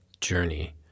journey